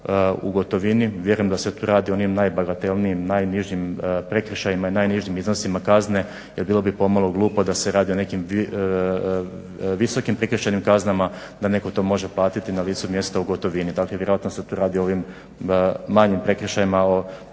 u gotovini vjerujem da se tu radi o onim najbagatelnijim, najnižim prekršajima i najnižim iznosima kazne jer bilo bi pomalo glupo da se radi o nekim visokom prekršajnim kaznama, da netko to može platiti na licu mjesta u gotovini. Dakle, vjerojatno se tu radi o ovim manjim prekršajima,